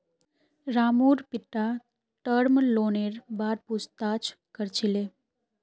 रामूर पिता टर्म लोनेर बार पूछताछ कर छिले